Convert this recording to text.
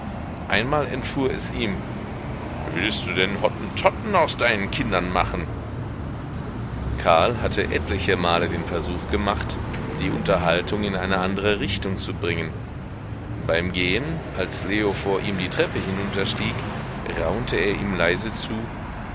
einmal entfuhr es ihm willst du denn hottentotten aus deinen kindern machen karl hatte etliche male den versuch gemacht die unterhaltung in eine andre richtung zu bringen beim gehen als leo vor ihm die treppe hinunterstieg raunte er ihm leise zu